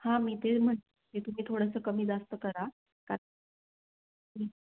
हां मी ते म्हणते ते तुम्ही थोडंसं कमी जास्त करा का हं